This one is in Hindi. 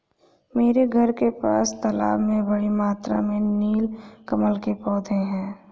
मेरे घर के पास के तालाब में बड़ी मात्रा में नील कमल के पौधें हैं